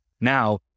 Now